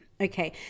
okay